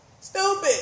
stupid